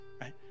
right